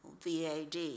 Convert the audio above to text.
VAD